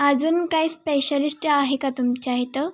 अजून काय स्पेशलिस्ट आहे का तुमच्या इथं